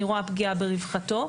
אני רואה פגיעה ברווחתו.